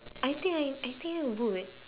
I think I I think I'll do it